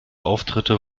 auftritte